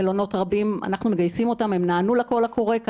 מלונות רבים נענו לקול הקורא, אנחנו מגייסים אותם.